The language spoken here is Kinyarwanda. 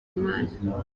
imana